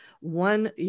one